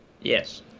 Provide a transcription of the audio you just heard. Yes